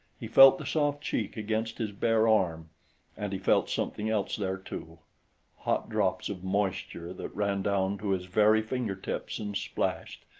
he felt the soft cheek against his bare arm and he felt something else there too hot drops of moisture that ran down to his very finger-tips and splashed,